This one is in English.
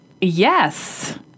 Yes